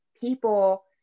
people